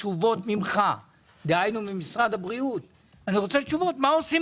אני רוצה תשובות ממשרד הבריאות על מה עושים